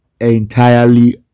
entirely